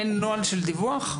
אין נוהל של דיווח?